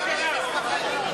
מה זה הדבר הזה?